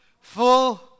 full